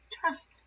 trust